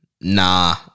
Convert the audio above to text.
Nah